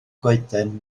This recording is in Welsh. goeden